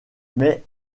mais